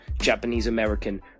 Japanese-American